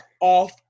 off